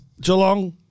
Geelong